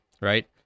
right